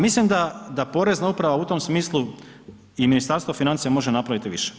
Mislim da Porezna uprava u tom smislu i Ministarstvo financija može napraviti više.